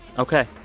ok.